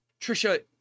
Trisha